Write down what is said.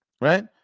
right